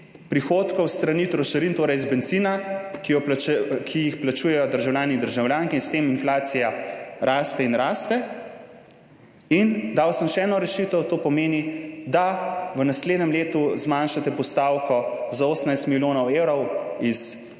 prihodkov s strani trošarin, torej iz bencina, ki jih plačujejo državljani in državljanke in s tem inflacija raste in raste. Dal sem še eno rešitev, to pomeni, da v naslednjem letu zmanjšate postavko za 18 milijonov evrov iz tako